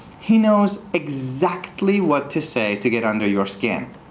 he knows exactly what to say to get under your skin.